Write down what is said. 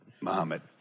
Muhammad